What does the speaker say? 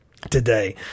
today